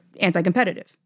anti-competitive